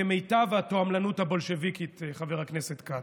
כמיטב התועמלנות הבולשביקית, חבר הכנסת כץ.